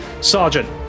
sergeant